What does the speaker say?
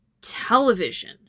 television